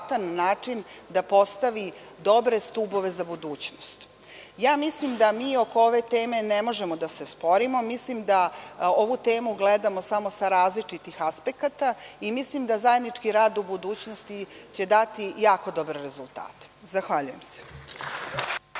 način da postavi dobre stubove za budućnost. Mislim da mi oko ove teme ne možemo da se sporimo. Mislim da ovu temu gledamo samo sa različitih aspekata i mislim da zajednički rad u budućnosti će dati jako dobre rezultate. Zahvaljujem.